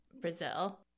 Brazil